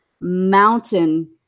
mountain